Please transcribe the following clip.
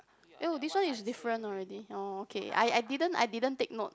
oh this one is different already okay I I didn't I didn't take note